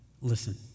Listen